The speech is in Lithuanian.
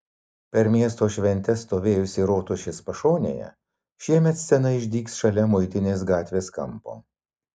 per miesto šventes stovėjusi rotušės pašonėje šiemet scena išdygs šalia muitinės gatvės kampo